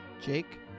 Jake